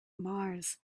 mars